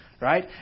right